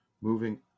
moving